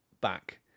back